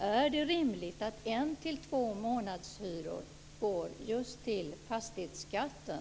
Är det rimligt att 1-2 månadshyror går till fastighetsskatten?